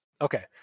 Okay